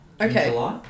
Okay